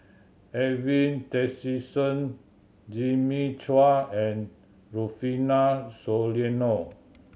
Edwin Tessensohn Jimmy Chua and Rufino Soliano